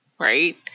right